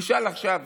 נשאל עכשיו